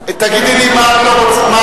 תגידי לי מה את רוצה.